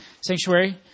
sanctuary